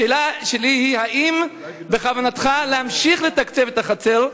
השאלה שלי היא, האם בכוונתך להמשיך לתקצב את החצר?